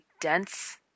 dense